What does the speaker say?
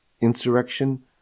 insurrection